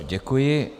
Děkuji.